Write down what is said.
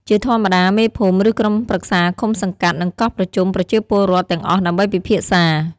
ជាធម្មតា មេភូមិ ឬក្រុមប្រឹក្សាឃុំសង្កាត់ នឹងកោះប្រជុំប្រជាពលរដ្ឋទាំងអស់ដើម្បីពិភាក្សា។